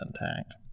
intact